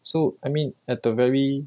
so I mean at the very